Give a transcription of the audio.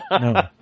No